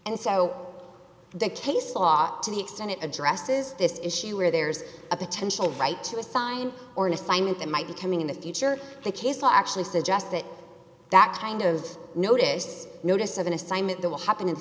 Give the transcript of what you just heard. and so the case law to the extent it addresses this issue where there's a potential right to assign or an assignment that might be coming in the future the case law actually suggests that that kind of notice notice of an assignment that will happen i